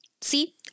See